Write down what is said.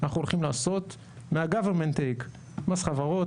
אנחנו הולכים לעשות ממס חברות,